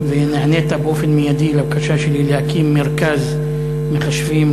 ונענית מיידית לבקשה שלי להקים מרכז מחשבים